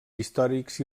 històrics